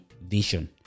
vision